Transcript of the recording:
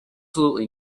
absolutely